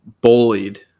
bullied